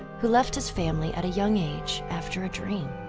who left his family at a young age after a dream,